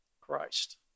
Christ